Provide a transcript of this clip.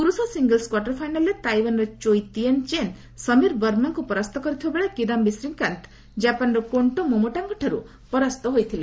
ପୁରୁଷ singles quarter ଫାଇନାଲ୍ରେ ତାଇୱାନ୍ର ଚୋଇ ତିଏନ୍ ଚେନ୍ ସମୀର ବର୍ମାଙ୍କୁ ପରାସ୍ତ କରିଥିବା ବେଳେ କିଦାୟୀ ଶ୍ରୀକାନ୍ତ ଜାପାନର କେଣ୍ଟ୍ରୋ ମୋମୋଟାଙ୍କଠାରୁ ପରାସ୍ତ ହୋଇଥିଲେ